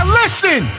listen